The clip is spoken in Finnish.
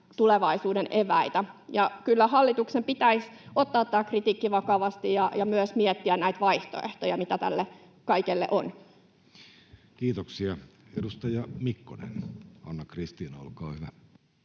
tulevaisuuden eväitä. Kyllä hallituksen pitäisi ottaa tämä kritiikki vakavasti ja myös miettiä näitä vaihtoehtoja, mitä tälle kaikelle on. Kiitoksia. — Edustaja Mikkonen, Anna-Kristiina, olkaa hyvä.